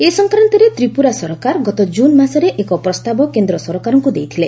ଏସଂକ୍ରାନ୍ତରେ ତ୍ରିପୁରା ସରକାର ଗତ ଜୁନ୍ ମାସରେ ଏକ ପ୍ରସ୍ତାବ କେନ୍ଦ୍ର ସରକାରଙ୍କୁ ଦେଇଥିଲେ